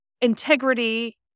integrity